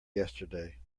yesterday